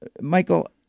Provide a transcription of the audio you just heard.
Michael